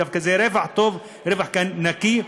דווקא זה רווח טוב, רווח נקי,